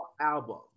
album